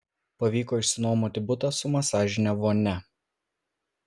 pavyko išsinuomoti butą su masažine vonia